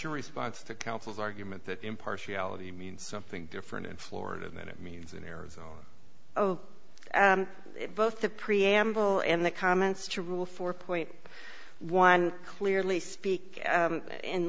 your response to counsel's argument that impartiality means something different in florida than it means in arizona both the preamble and the comments to rule four point one clearly speak